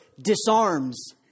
disarms